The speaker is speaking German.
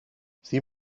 sieh